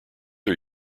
are